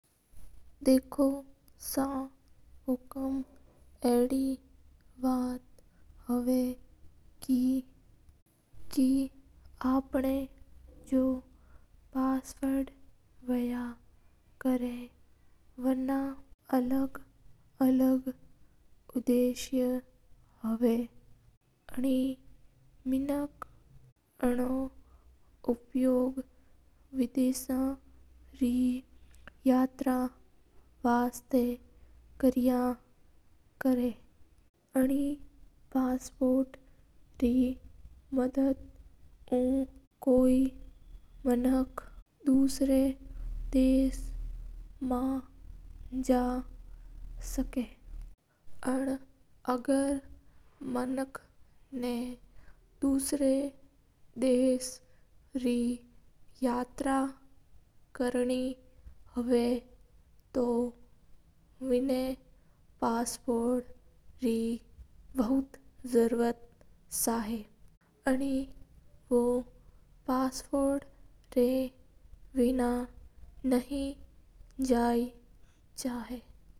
देखो सा हुकूम अपन पासपोर्ट हवा जाका रा अलग अलग उद्देश्य हवा हा कणी मानवक बिन उपयोग विदेश रै यात्रा वास्ते कर आ करा हा। अनो कम्म बुत कोइ पुलिस केस हवा तो बे काम आ आवा हा पासपोर्ट नु मानक इक दस से दूआरा दस आ जा सका हा। अना मान आप रा आइडी कार्ड वास्ते बे काम लिया करा हवा।